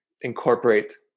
incorporate